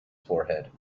forehead